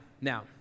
now